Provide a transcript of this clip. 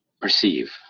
Perceive